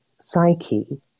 psyche